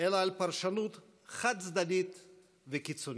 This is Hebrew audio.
אלא על פרשנות חד-צדדית וקיצונית.